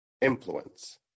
influence